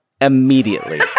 immediately